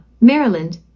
Maryland